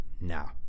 now